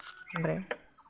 ओमफ्राय